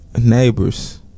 neighbors